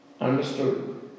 understood